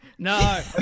No